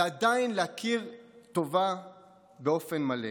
ועדיין להכיר טובה באופן מלא.